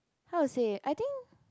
how to say I think